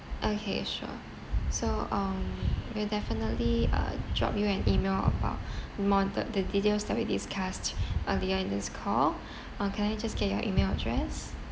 okay sure so um we'll definitely uh drop you an email about more the the details that we discussed earlier in this call or can I just get your email address